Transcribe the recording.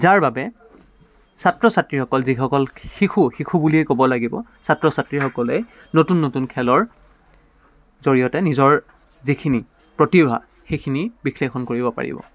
যাৰ বাবে ছাত্ৰ ছাত্ৰীসকল যিসকল শিশু শিশু বুলিয়েই ক'ব লাগিব ছাত্ৰ ছাত্ৰীসকলেই নতুন নতুন খেলৰ জৰিয়তে নিজৰ যিখিনি প্ৰতিভা সেইখিনি বিশেষণ কৰিব পাৰিব